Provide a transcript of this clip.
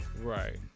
right